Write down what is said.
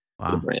Wow